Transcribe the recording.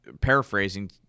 paraphrasing